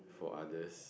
for others